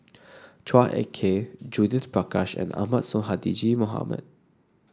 Chua Ek Kay Judith Prakash and Ahmad Sonhadji Mohamad